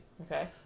Okay